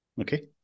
Okay